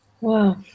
Wow